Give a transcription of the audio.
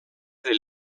del